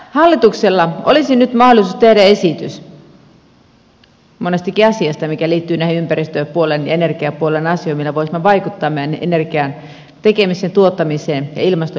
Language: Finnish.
hallituksella olisi nyt mahdollisuus tehdä esitys monestakin asiasta mikä liittyy näihin ympäristöpuolen ja energiapuolen asioihin millä voisimme vaikuttaa meidän energian tekemiseemme tuottamiseemme ja ilmastoon liittyviin asioihin